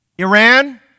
Iran